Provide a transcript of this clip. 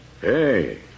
Hey